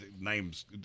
names